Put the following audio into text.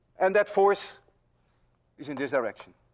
and that force is in this direction.